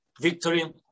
victory